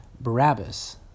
Barabbas